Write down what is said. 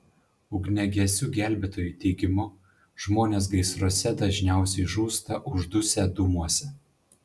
ugniagesių gelbėtojų teigimu žmonės gaisruose dažniausiai žūsta uždusę dūmuose